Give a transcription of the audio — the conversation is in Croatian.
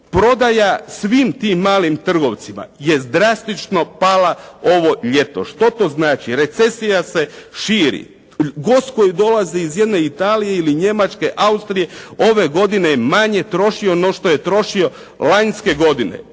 Prodaja svim tim malim trgovcima je drastično pala ovo ljeto. Što to znači? Recesija se širi. Gost koji dolazi iz jedne Italije ili Njemačke, Austrije, ove godine je manje trošio nego što je trošio lanjske godine.